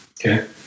okay